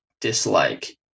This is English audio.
dislike